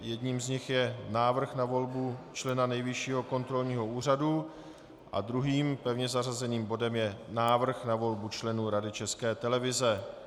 Jedním z nich je návrh na volbu člena Nejvyššího kontrolního úřadu, a druhým pevně zařazeným bodem je návrh na volbu členů Rady České televize.